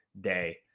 day